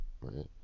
right